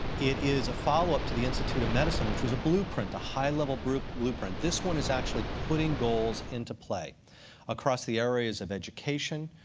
it is a follow-up to the institute of medicine, which was a blueprint, a high-level blueprint. this one is actually putting goals into play across the areas of education,